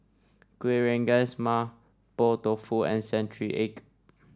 Kuih Rengas Mapo Tofu and Century Egg